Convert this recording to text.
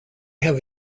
have